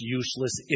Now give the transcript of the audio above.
useless